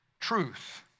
Truth